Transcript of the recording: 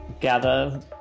gather